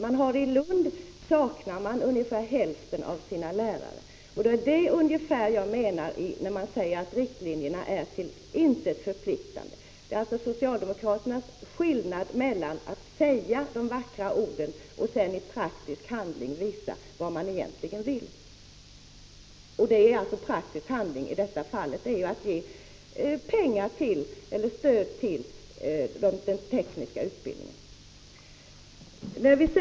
I Lund saknas lärare till ungefär hälften av tjänsterna. Vad jag menar med att säga att riktlinjerna är till intet förpliktande är alltså att socialdemokraterna gör skillnad mellan att uttala de vackra orden och att i praktisk handling visa vad man egentligen vill. Praktisk handling i detta fall är att ge stöd till den tekniska utbildningen.